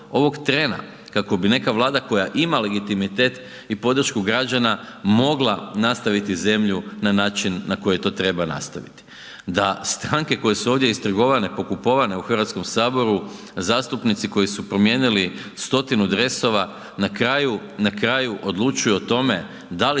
ovog trena, kako bi neka Vlada koja ima legitimitet i podršku građana, mogla nastaviti zemlju na način na koji to treba nastaviti, da stranke koje su ovdje istrgovane, pokupovane u HS, zastupnici koji su promijenili stotinu dresova, na kraju, na kraju odlučuju o tome da li